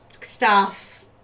staff